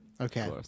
Okay